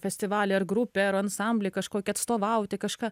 festivalį ar grupę ar ansamblį kažkokį atstovauti kažką